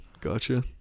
Gotcha